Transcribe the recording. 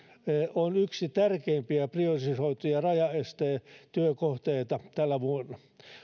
on yksi tärkeimpiä priorisoituja rajaestetyökohteita tänä vuonna